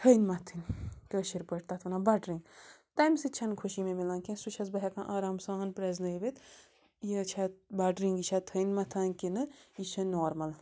تھٔنۍ مَتھٕنۍ کٲشِر پٲٹھۍ تَتھ وَنان بَٹرِنٛگ تمہِ سۭتۍ چھَنہٕ خوشی مےٚ مِلان کیٚنٛہہ سُہ چھَس بہٕ ہٮ۪کان آرام سان پرٛٮ۪زنٲوِتھ یہِ چھےٚ بَٹرِنٛگ یہِ چھےٚ تھٔنۍ مَتھان کِنہٕ یہِ چھِ نارمَل